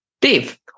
Dave